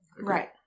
right